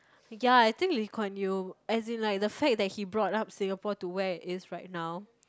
ya I think Lee Kuan Yew as in like the fact that he brought up Singapore to where it is right now